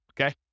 okay